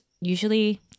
usually